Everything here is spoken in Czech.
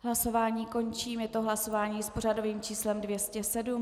Hlasování končím, je to hlasování s pořadovým číslem 207.